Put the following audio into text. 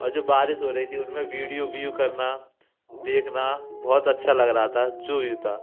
और जो बारिश हो रही थी उसमें वीडियो व्यू करना देखना बहुत अच्छा लग रहा था जो भी था